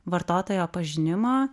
vartotojo pažinimą